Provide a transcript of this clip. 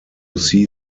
see